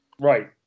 Right